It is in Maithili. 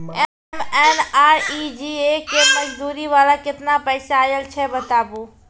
एम.एन.आर.ई.जी.ए के मज़दूरी वाला केतना पैसा आयल छै बताबू?